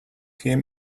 him